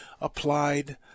applied